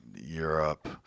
Europe